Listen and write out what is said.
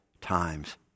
times